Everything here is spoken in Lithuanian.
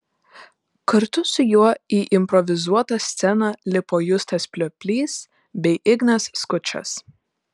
kartu su juo į improvizuotą sceną lipo justas plioplys bei ignas skučas